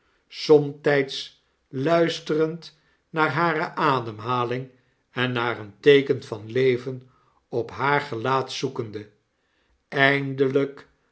somtyds luisterend naar hare ademhaling en naar een teeken van leven op haar gelaat zoekende eindelyk